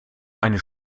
eines